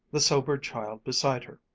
the sobered child beside her,